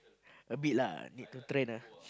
a bit lah need to train ah